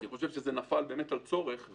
אני חושב שזה נפל באמת על צורך.